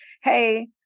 Hey